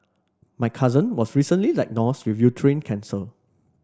my cousin was recently diagnosed with uterine cancer